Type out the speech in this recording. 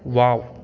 wow